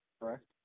Correct